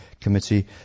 committee